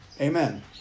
Amen